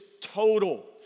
total